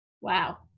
Wow